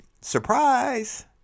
surprise